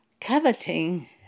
coveting